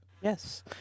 Yes